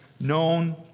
known